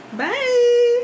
bye